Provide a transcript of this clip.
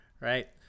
Right